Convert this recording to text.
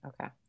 Okay